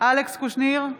אלכס קושניר,